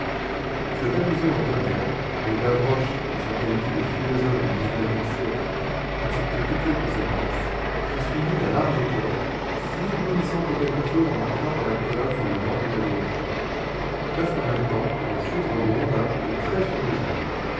cette allusion au tonnerre dont gavroche en sa qualité de philosophe du dix-neuvième siècle acceptait toutes les conséquences fut suivie d'un large éclair si éblouissant que quelque chose en entra par la crevasse dans le ventre de l'éléphant presque en même temps la foudre gronda et très furieusement